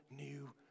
new